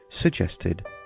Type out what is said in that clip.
suggested